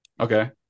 Okay